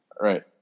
Right